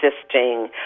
existing